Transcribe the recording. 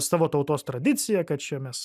savo tautos tradicija kad čia mes